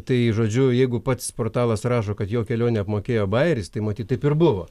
tai žodžiu jeigu pats portalas rašo kad jo kelionę apmokėjo baeris tai matyt taip ir buvo